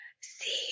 see